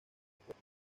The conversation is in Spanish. cuello